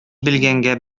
белгәнгә